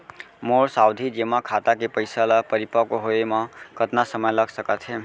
मोर सावधि जेमा खाता के पइसा ल परिपक्व होये म कतना समय लग सकत हे?